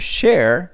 share